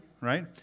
right